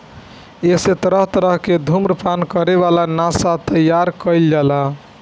एसे तरह तरह के धुम्रपान करे वाला नशा तइयार कईल जाला